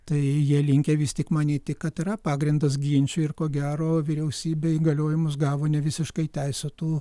tai jie linkę vis tik manyti kad yra pagrindas ginčui ir ko gero vyriausybė įgaliojimus gavo nevisiškai teisėtu